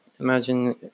Imagine